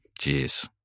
Jeez